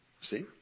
See